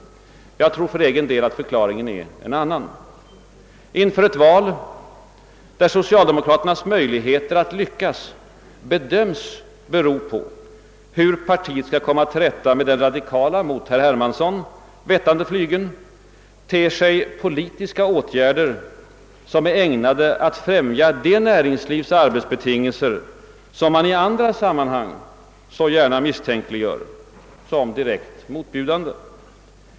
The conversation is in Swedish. Jag tror för egen del att förklaringen är en annan. Inför ett val där socialdemokraternas möjligheter att lyckas bedömes bero på hur partiet skall komma till rätta med den radikala, mot herr Hermansson vettande flygeln, ter sig politiska åtgärder som är ägnade att främja det näringslivs arbetsbetingelser, som man i andra sammanhang så gärna misstänkliggör, som direkt motbjudande.